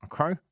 Okay